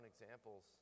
examples